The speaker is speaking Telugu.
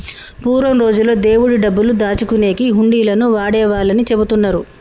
పూర్వం రోజుల్లో దేవుడి డబ్బులు దాచుకునేకి హుండీలను వాడేవాళ్ళని చెబుతున్నరు